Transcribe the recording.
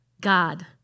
God